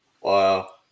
Wow